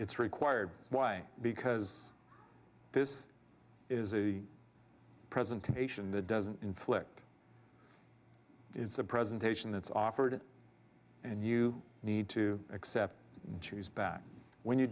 it's required why because this is a presentation that doesn't inflict it's a presentation that's offered and you need to accept choose back when you